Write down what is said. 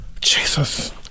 Jesus